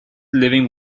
living